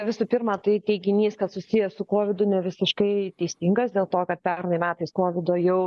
visų pirma tai teiginys kad susiję su kovidu ne visiškai teisingas dėl to kad pernai metais kovido jau